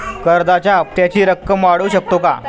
कर्जाच्या हप्त्याची रक्कम वाढवू शकतो का?